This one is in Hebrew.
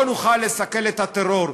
לא נוכל לסכל את הטרור.